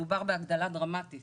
מדובר בהגדלה דרמטית